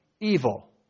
evil